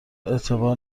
اعتبار